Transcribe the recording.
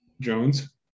Jones